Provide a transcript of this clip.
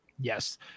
Yes